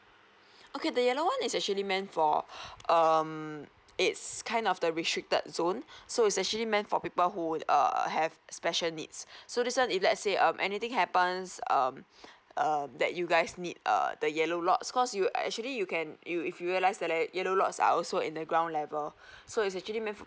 okay the yellow one is actually meant for um it's kind of the restricted zones so it's actually meant for people who would err have special needs so this one if let's say um anything happens um um that you guys need err the yellow lots cause you actually you can you if you realise the yellow lots are also in the ground level so is actually meant for